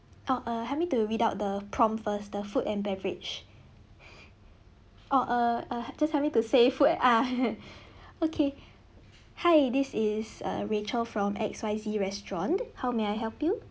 oh err help me to read out the prompt first the food and beverage oh err err just help me to say food ah okay hi this is rachel from XYZ restaurant how may I help you